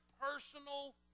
personal